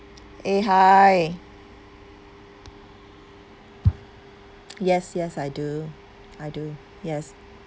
eh hi yes yes I do I do yes